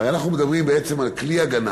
הרי אנחנו מדברים בעצם על כלי הגנה